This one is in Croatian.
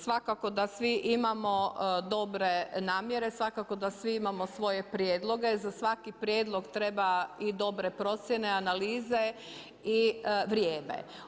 Svakako da svi imamo dobre namjere, svakako da svi imamo svoje prijedloge, za svaki prijedlog treba i dobre procjene, analize i vrijeme.